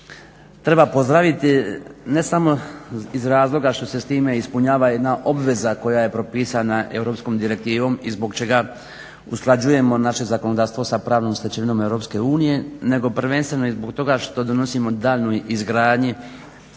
treba pozdraviti ne samo iz razloga što se s time ispunjava jedna obveza koja je propisana Europskom direktivom i zbog čega usklađujemo naše zakonodavstvo sa pravnom stečevinom Europske unije nego prvenstveno i zbog toga što donosimo …/Govornik